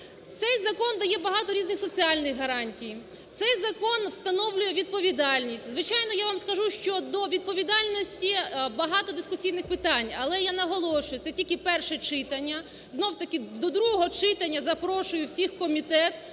Цей закон дає багато різних соціальних гарантій. Цей закон встановлює відповідальність. Звичайно, я вам скажу, що до відповідальності багато дискусійних питань. Але я наголошую, це тільки перше читання. Знову таки, до другого читання запрошую всіх в комітет,